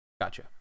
Gotcha